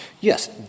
Yes